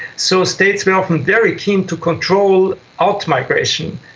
so states were often very keen to control out-migration,